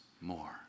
more